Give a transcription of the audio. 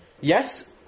Yes